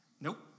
Nope